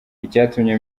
icyatumye